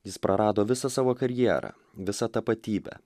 jis prarado visą savo karjerą visą tapatybę